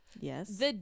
Yes